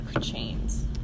chains